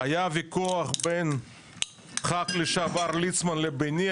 היה ויכוח בין ח"כ לשעבר ליצמן לביני,